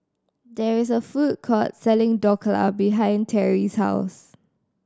there is a food court selling Dhokla behind Terrie's house